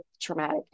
traumatic